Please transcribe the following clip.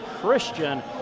Christian